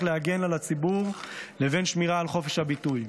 להגן על הציבור לבין שמירה על חופש הביטוי.